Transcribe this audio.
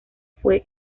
fue